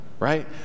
Right